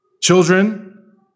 Children